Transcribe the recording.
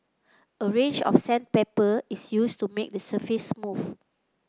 a range of sandpaper is used to make the surface smooth